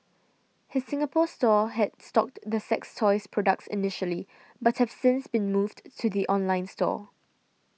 his Singapore store had stocked the sex toys products initially but have since been moved to the online store